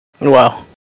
Wow